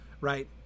right